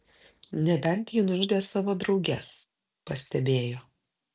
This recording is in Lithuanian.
nebent ji nužudė savo drauges pastebėjo